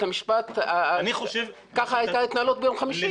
המשפט ככה הייתה ההתנהלות ביום חמישי?